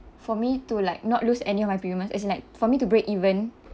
for me to like not lose any of my premiums as in like for me to breakeven